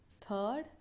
Third